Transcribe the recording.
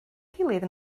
gilydd